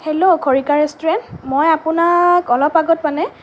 hello খৰিকা restaurant মই আপোনাক অলপ আগত মানে